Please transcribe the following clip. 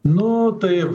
nu tai